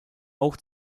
auch